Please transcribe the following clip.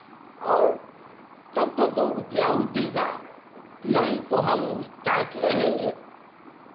और तब तो दो रुपैया वो देगा नहीं तो हम टाइट रहेंगे